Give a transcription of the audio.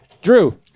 Drew